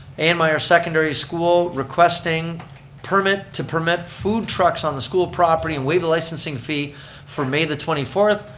a n. myer secondary school requesting permit to prevent food trucks on the school property and waive the licensing fee for may the twenty fourth.